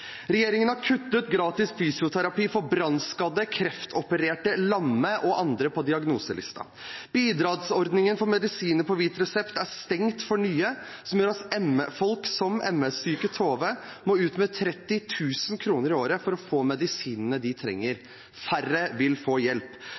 Regjeringen har kuttet gratis fysioterapi for brannskadde, kreftopererte, lamme og andre på diagnoselisten. Bidragsordningen for medisiner på hvit resept er stengt for nye, noe som gjør at folk som MS-syke Tove må ut med 30 000 kr i året for å få medisinene de trenger.